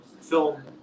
film